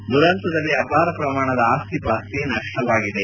ದುರಂತದಲ್ಲಿ ಅಪಾರ ಪ್ರಮಾಣದ ಆಸ್ತಿಪಾಸ್ತಿ ನಷ್ಟವಾಗಿದೆ